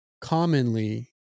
commonly